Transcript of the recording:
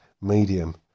medium